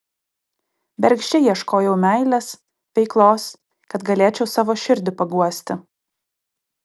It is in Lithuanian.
bergždžiai ieškojau meilės veiklos kad galėčiau savo širdį paguosti